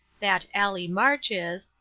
that allie march is,